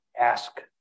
ask